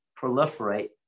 proliferate